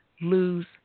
lose